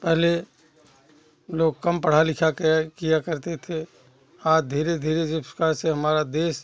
पहले लोग कम पढ़ा लखा के किया करते थे आज धीरे धीरे जिस प्रकार से हमारा देश